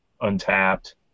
Untapped